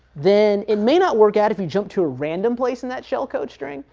then it may not work out if you jump to a random place in that shell code string,